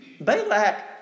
Balak